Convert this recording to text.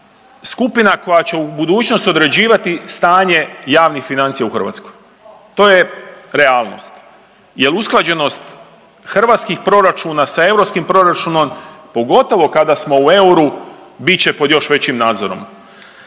skupina koja će u budućnosti određivati stanje javnih financija u Hrvatskoj. To je realnost jer usklađenost hrvatskih proračuna sa europskim proračunom, pogotovo kada smo u euru, bit će pod još većim nadzorom